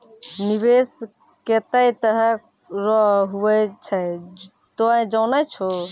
निवेश केतै तरह रो हुवै छै तोय जानै छौ